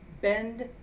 bend